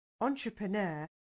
entrepreneur